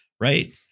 Right